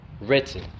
written